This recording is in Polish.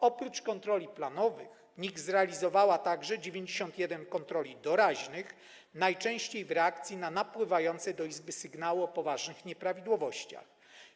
Oprócz kontroli planowych NIK zrealizowała także 91 kontroli doraźnych, najczęściej w reakcji na napływające do Izby sygnały o poważnych nieprawidłowościach.